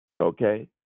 okay